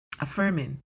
affirming